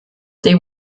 they